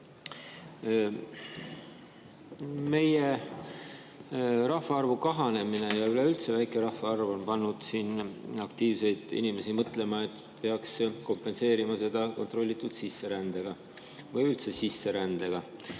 Meie rahvaarvu kahanemine ja üleüldse väike rahvaarv on pannud siin aktiivseid inimesi mõtlema, et peaks kompenseerima seda kontrollitud sisserändega või üldse sisserändega.